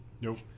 Nope